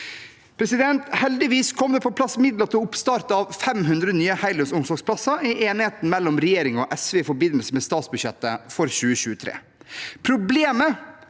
Heldigvis kom det på plass midler til oppstart av 500 nye heldøgns omsorgsplasser i enigheten mellom regjeringen og SV i forbindelse med statsbudsjettet for 2023. Problemet